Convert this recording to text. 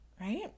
right